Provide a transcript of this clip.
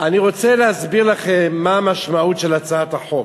אני רוצה להסביר לכם מה המשמעות של הצעת החוק.